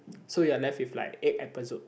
so you are left with like eight episodes